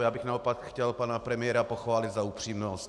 Já bych naopak chtěl pana premiéra pochválit za upřímnost.